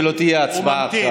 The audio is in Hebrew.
ולא תהיה הצבעה עכשיו.